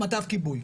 מטף כיבוי.